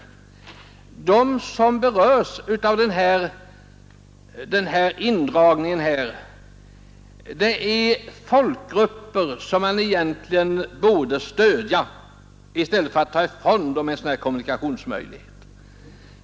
De som berörs av denna indragning är folkgrupper som man egentligen borde stödja i stället för att beröva dem en sådan här kommunikationsmöjlighet.